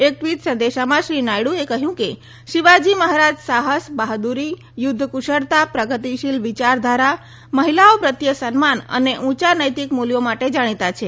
એક ટવીટ સંદેશામાં શ્રી નાયડુએ કહ્યું કે શિવાજી મહારાજ સાહસ બહાદ્દરી પુદ્ધ કુશળતા પ્રગતિશીલ વિચારધારા મહિલાઓ પ્રત્યે સન્માન અને ઉયા નૈતિક મૂલ્યો માટે જાણીતા છે